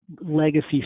legacy